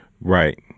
Right